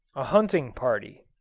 a hunting party